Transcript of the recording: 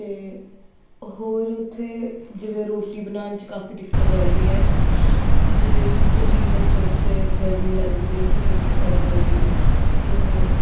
ਅਤੇ ਹੋਰ ਉੱਥੇ ਜਿਵੇਂ ਰੋਟੀ ਬਣਾਉਣ 'ਚ ਕਾਫੀ ਦਿੱਕਤ ਆਉਂਦੀ ਹੈ ਜਿਵੇਂ ਪਸੀਨੇ 'ਚ ਉੱਥੇ ਗਰਮੀ ਲੱਗਦੀ ਹੈ ਕਿਚਨ 'ਚ ਖੜ੍ਹੇ ਹੋਏ ਵੀ ਅਤੇ